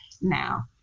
now